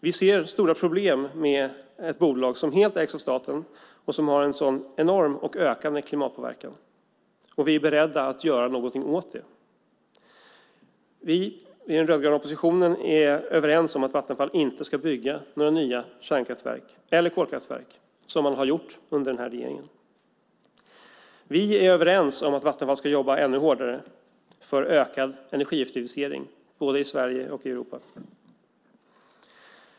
Vi ser stora problem med ett bolag som helt ägs av staten och som har en sådan enorm och ökande klimatpåverkan. Vi är beredda att göra någonting åt det. Vi i den rödgröna oppositionen är överens om att Vattenfall inte ska bygga några nya kärnkraftverk eller kolkraftverk, som man har gjort under den här regeringens tid. Vi är överens om att Vattenfall ska jobba ännu hårdare för ökad energieffektivisering, både i Sverige och i Europa.